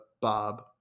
Bob